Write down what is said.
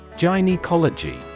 Gynecology